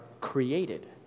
created